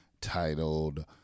titled